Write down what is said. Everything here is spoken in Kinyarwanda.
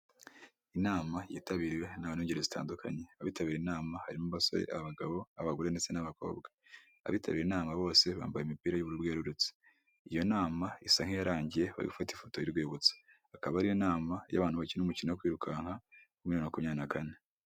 Inama yitabiriwe n'abantu b'ingeri zitandukanye, abitabiriye inama harimo: abasore, abagabo abagore ndetse n'abakobwa . Abitabiriye inama bose bambaye imiprira y'ubururu bwerurutse. Iyo nama isa nk'iyarangiye bari gufata ifoto y'urwibutso, akaba ari inama y'abantu bakina umukino wo kwirukanka yo muri bibiri na makumyabiri na kane.